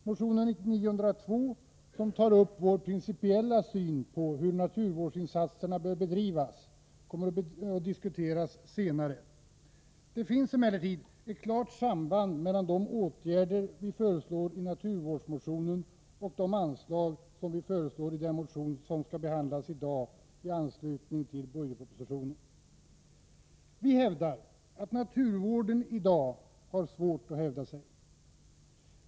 Motion 902, där vår principiella syn på hur naturvårdsinsatserna bör bedrivas tas upp, kommer att diskuteras senare. Det finns emellertid ett klart samband mellan de åtgärder vi föreslår i naturvårdsmotionen och de anslag vi föreslår i den motion i anslutning till budgetpropositionen som skall behandlas i dag. Vi hävdar att naturvården i dag har svårt att hävda sig.